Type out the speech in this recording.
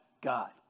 God